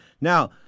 Now